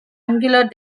angular